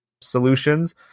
solutions